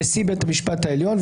נשיא בית המשפט העליון,